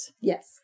Yes